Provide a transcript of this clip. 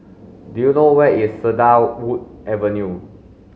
do you know where is Cedarwood Avenue